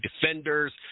Defenders